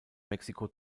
mexiko